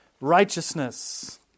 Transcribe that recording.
righteousness